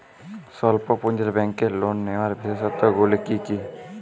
স্বল্প পুঁজির ব্যাংকের লোন নেওয়ার বিশেষত্বগুলি কী কী?